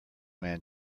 man